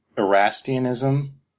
Erastianism